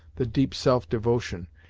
the deep self-devotion,